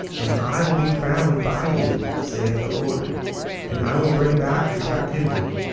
and i will be found by you, saith the lord and i will bring back your captivity,